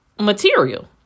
material